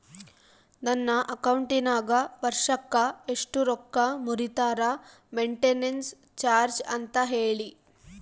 ನನ್ನ ಅಕೌಂಟಿನಾಗ ವರ್ಷಕ್ಕ ಎಷ್ಟು ರೊಕ್ಕ ಮುರಿತಾರ ಮೆಂಟೇನೆನ್ಸ್ ಚಾರ್ಜ್ ಅಂತ ಹೇಳಿ?